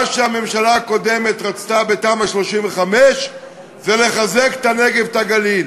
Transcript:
מה שהממשלה הקודמת רצתה בתמ"א 35 זה לחזק את הנגב ואת הגליל.